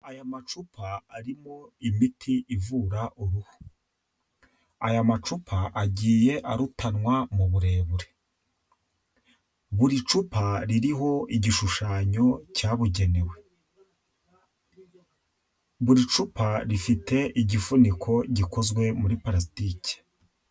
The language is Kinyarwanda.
Aya macupa arimo imiti ivura uruhu, aya macupa agiye arutanwa mu burebure, buri cupa ririho igishushanyo cyabugenewe, buri cupa rifite igifuniko gikozwe muri parasitike.